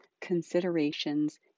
considerations